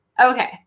Okay